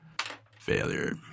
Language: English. failure